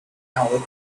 howard